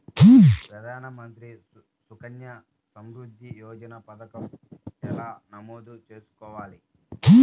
ప్రధాన మంత్రి సుకన్య సంవృద్ధి యోజన పథకం ఎలా నమోదు చేసుకోవాలీ?